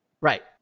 Right